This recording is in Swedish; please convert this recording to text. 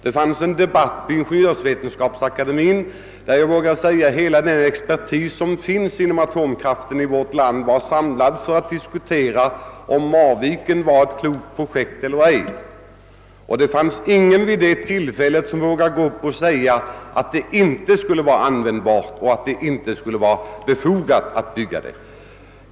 Det förekom en debatt i Ingeniörsvetenskapsakademien, där — jag vågar säga det — hela den expertis som finns inom atomkraftsområdet i vårt land var samlad för att diskutera, huruvida Marviken vore ett klokt projekt eller ej. Det fanns vid det tillfället ingen som vågade säga, att det inte skulle vara användbart och att det inte skulle vara befogat att bygga kraftverket.